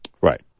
Right